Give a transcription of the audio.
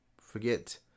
forget